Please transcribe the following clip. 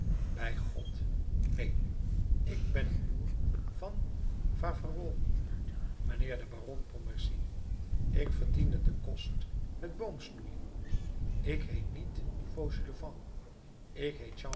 bij god neen ik ben een boer van faverolles mijnheer de baron pontmercy ik verdiende den kost met boomsnoeien ik heet niet fauchelevent ik heet